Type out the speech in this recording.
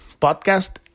podcast